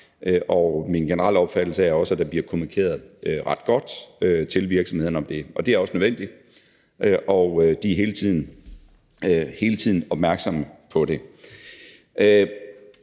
de. Min generelle opfattelse er også, at der bliver kommunikeret ret godt til virksomhederne om det, og det er også nødvendigt, at de hele tiden er opmærksomme på det.